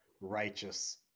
righteous